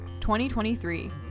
2023